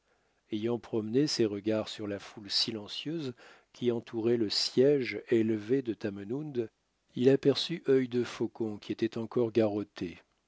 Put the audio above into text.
ayant promené ses regards sur la foule silencieuse qui entourait le siège élevé de tamenund il aperçut œil de faucon qui était encore garrotté